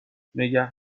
نگه